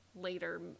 later